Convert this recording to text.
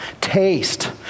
taste